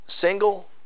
single